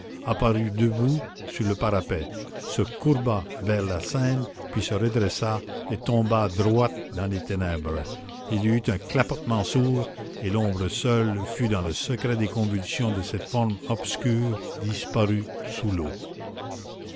apparut debout sur le parapet se courba vers la seine puis se redressa et tomba droite dans les ténèbres il y eut un clapotement sourd et l'ombre seule fut dans le secret des convulsions de cette forme obscure disparue sous l'eau